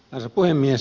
arvoisa puhemies